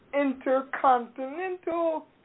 intercontinental